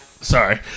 sorry